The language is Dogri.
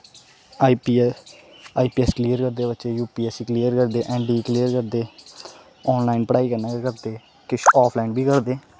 I P S I P S clear करदे बच्चे U P S E clear करदे एन डी ए क्लीयर करदे आनलाइन पढ़ाई कन्नै गै करदे किश आफलाइन बी करदे